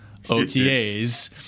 OTAs